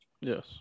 Yes